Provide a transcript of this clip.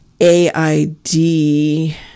A-I-D